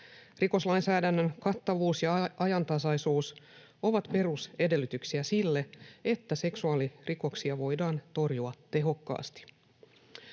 Rikoslainsäädännön kattavuus ja ajantasaisuus ovat perusedellytyksiä sille, että seksuaalirikoksia voidaan torjua tehokkaasti.